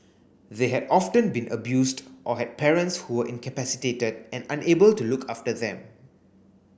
they had often been abused or had parents who were incapacitated and unable to look after them